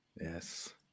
Yes